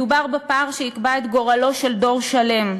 מדובר בפער שיקבע את גורלו של דור שלם,